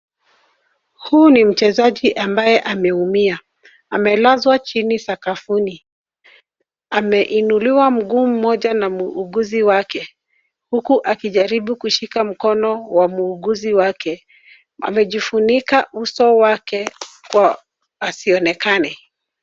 Huu ni mchezaji ambaye ameumia amelazwa chini sakafuni, ameinuliwa mguu mmoja na muuguzi wake huku akijaribu kushika mkono wa muuguzi wake amejifunika uso wake asionekane.